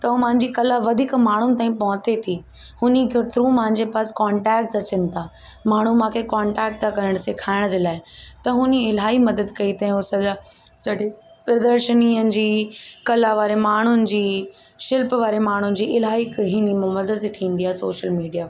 त मुंहिंजी कला वधीक माण्हू ताईं पहुचे थी हुन जे थ्रू मुंहिंजे पास कॉंटेक्ट्स अचनि था माण्हू मूंखे कॉंटेक्ट था करणु सेखाइण जे लाइ त हुन इलाही मदद कई अथईं सॼी प्रदर्शनीअन जी कला वारे माण्हुन जी शिल्प वारे माण्हुनि जी इलाही कई हिन मां मदद मिलंदी आहे सोशल मीडिया खां